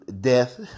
death